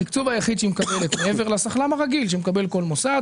התקצוב היחיד שהיא מקבלת מעבר לסכום הרגיל שמקבל כל מוסד,